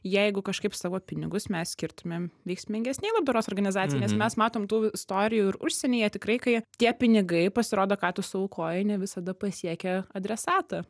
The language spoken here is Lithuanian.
jeigu kažkaip savo pinigus mes skirtumėm veiksmingesnei labdaros organizacijai nes mes matom tų istorijų ir užsienyje tikrai kai tie pinigai pasirodo ką tu suaukojai ne visada pasiekia adresatą